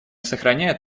сохраняет